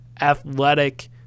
athletic